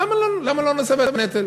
למה לא נושא בנטל?